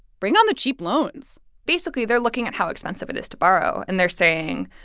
bring on the cheap loans basically, they're looking at how expensive it is to borrow. and they're saying,